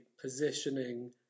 positioning